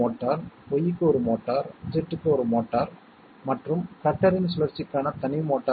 C பொதுவானது A AND C என்பது பொதுவாக எடுக்கப்பட்டு B OR B' உடன் ANDED செய்யப்பட்டது